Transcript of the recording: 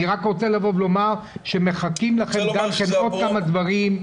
אני רוצה לבוא ולומר שמחכים לכם עוד כמה דברים.